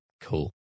cool